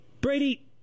Brady